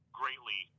greatly